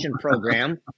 program